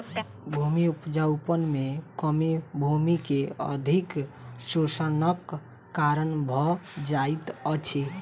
भूमि उपजाऊपन में कमी भूमि के अधिक शोषणक कारण भ जाइत अछि